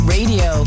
Radio